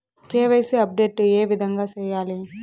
KYC update ఏ విధంగా సేయాలి?